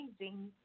amazing